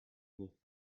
nicht